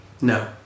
No